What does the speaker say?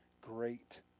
great